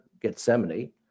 Gethsemane